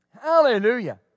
Hallelujah